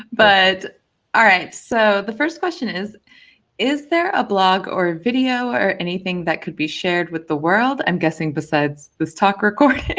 but so the first question is is there a blog or a video, or anything that could be shared with the world i'm guessing besides this talk recording!